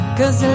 cause